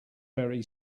very